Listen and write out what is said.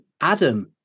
Adam